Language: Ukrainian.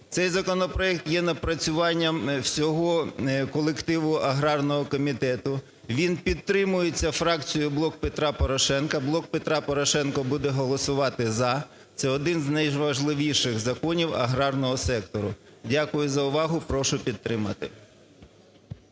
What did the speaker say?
Цей законопроект є напрацюванням всього колективу агарного комітету. Він підтримується фракцією "Блок Петра Порошенка". "Блок Петра Порошенка" буде голосувати "за". Це один з найважливіших законів аграрного сектору. Дякую за увагу. Прошу підтримати.